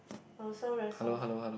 our sound very soft